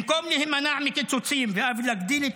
במקום להימנע מקיצוצים ואף להגדיל את